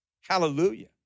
Hallelujah